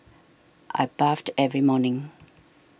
I bathed every morning